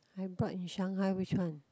I brought in Shanghai which one